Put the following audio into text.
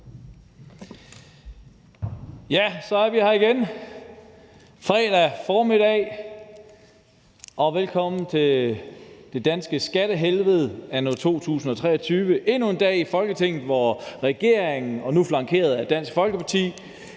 Ja, så er vi her igen, fredag formiddag, og velkommen til det danske skattehelvede anno 2023. Det er endnu en dag i Folketinget, hvor regeringen og nu flankeret af Dansk Folkeparti